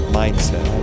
mindset